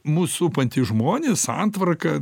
mus supantys žmonės santvarka